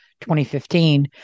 2015